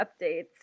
updates